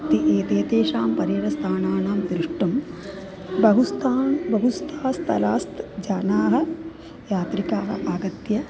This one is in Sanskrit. ते एते तेषां पर्यटनस्थानानां द्रष्टुं बहुस्थानि बहुस्ता स्थलानि जनाः यात्रिकाः आगत्य